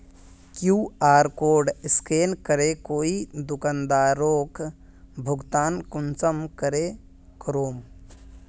QR code scan करे कोई दुकानदारोक भुगतान कुंसम करे करूम?